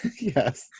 Yes